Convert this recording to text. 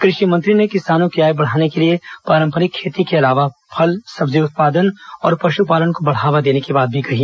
कृषि मंत्री ने किसानों की आय बढ़ाने के लिए पारंपरिक खेती के अलावा फल सब्जी उत्पादन और पशुपालन को बढ़ावा देने की बात भी कही